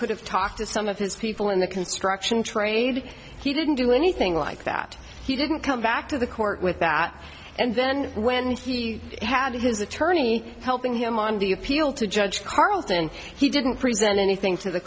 could have talked to some of his people in the construction trade he didn't do anything like that he didn't come back to the court with that and then when he had his attorney helping him on the appeal to judge carlton he didn't present anything to the